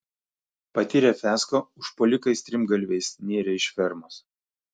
patyrę fiasko užpuolikai strimgalviais nėrė iš fermos